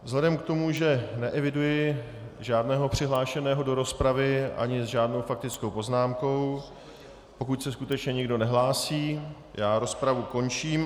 Vzhledem k tomu, že neeviduji žádného přihlášeného do rozpravy ani faktickou poznámku, pokud se skutečně nikdo nehlásí, rozpravu končím.